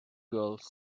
girls